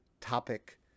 topic